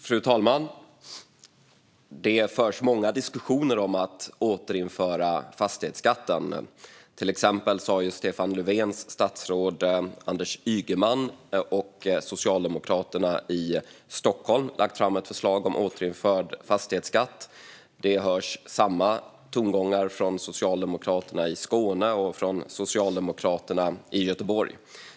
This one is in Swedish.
Fru talman! Det förs många diskussioner om att återinföra fastighetsskatten. Till exempel har Stefan Löfvens statsråd Anders Ygeman och Socialdemokraterna i Stockholm lagt fram ett förslag om återinförande av fastighetsskatten. Det hörs samma tongångar från Socialdemokraterna i Skåne och från Socialdemokraterna i Göteborg.